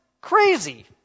crazy